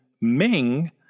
ming